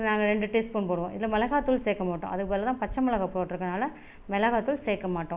நாங்கள் ரெண்டு டீஸ்பூன் போடுவோம் இதில் மிளகாய் தூள் சேர்க்க மாட்டோம் அதுக்குப் பதிலாக பச்சை மிளகாய் போட்டுருக்கதுனால மிளகாய் தூள் சேர்க்க மாட்டோம்